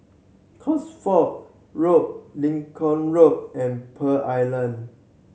Cosford Road Lincoln Road and Pearl Island